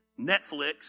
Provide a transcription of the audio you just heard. Netflix